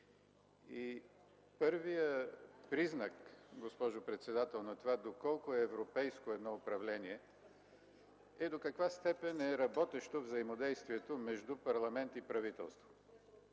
и първият признак, госпожо председател, на това доколко едно управление е европейско, и до каква степен е работещо взаимодействието между парламент и правителството.